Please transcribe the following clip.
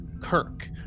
Kirk